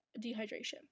dehydration